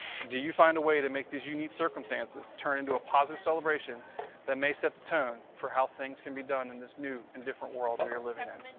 do you find a way to make these unique circumstances turn into a positive celebration that may set the tone for how things can be done in this new and different world we are living in?